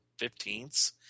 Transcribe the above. fifteenths